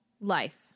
life